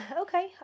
Okay